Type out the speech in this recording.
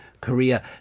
Korea